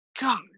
God